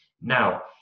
Now